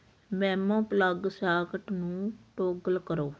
ਵੇਮੋ plug socket ਨੂੰ toggle ਕਰੋ